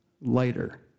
lighter